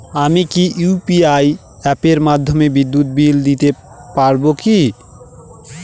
আমি কি ইউ.পি.আই অ্যাপের মাধ্যমে বিদ্যুৎ বিল দিতে পারবো কি?